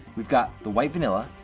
we've got the white vanilla,